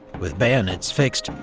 with bayonets fixed,